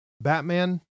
Batman